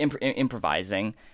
improvising